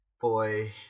boy